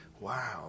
Wow